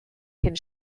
cyn